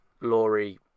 Laurie